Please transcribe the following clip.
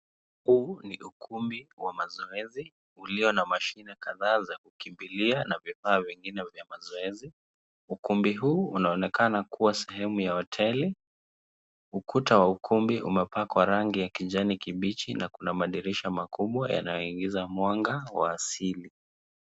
Huu ni ukumbi wa mazoezi uliyo na mashine kadhaa za kukimbilia na vifaa vingine vya mazoezi. Ukumbi huu unaonekana kuwa sehemu ya hoteli. Ukuta wa ukumbi umepakwa rangi ya kijani kibichi na kuna madirisha makubwa yanayoingiza mwanga wa asili.